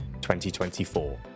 2024